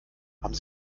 haben